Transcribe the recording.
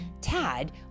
Tad